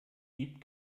gibt